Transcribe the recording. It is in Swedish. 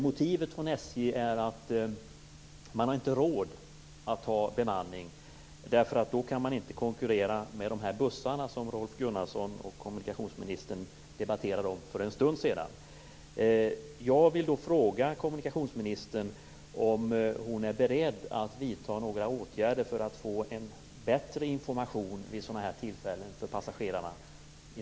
Motivet från SJ är att man inte har råd att ha bemanning eftersom man då inte kan konkurrera med de bussar som Rolf Gunnarsson och kommunikationsministern debatterade för en stund sedan.